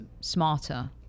smarter